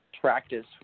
practice